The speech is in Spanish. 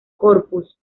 corpus